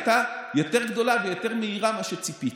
ההצלחה הייתה יותר גדולה ויותר מהירה ממה שציפיתי.